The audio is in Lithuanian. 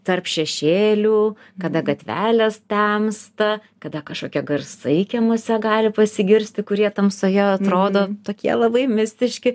tarp šešėlių kada gatvelės temsta kada kažkokie garsai kiemuose gali pasigirsti kurie tamsoje atrodo tokie labai mistiški